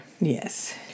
yes